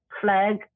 flag